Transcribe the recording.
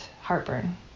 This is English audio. heartburn